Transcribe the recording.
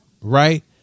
Right